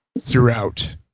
throughout